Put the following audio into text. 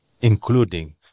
including